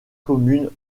commune